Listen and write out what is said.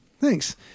thanks